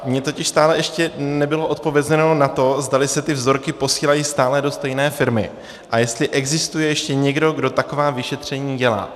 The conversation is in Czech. Mně totiž stále ještě nebylo odpovězeno na to, zdali se ty vzorky posílají stále do stejné firmy a jestli existuje ještě někdo, kdo taková vyšetření dělá.